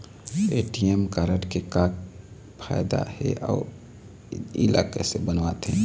ATM card के का फायदा हे अऊ इला कैसे बनवाथे?